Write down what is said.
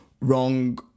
wrong